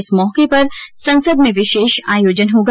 इस मौके पर संसद में विशेष आयोजन होगा